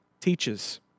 teaches